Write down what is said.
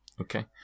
Okay